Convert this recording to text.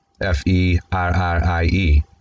F-E-R-R-I-E